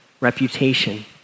reputation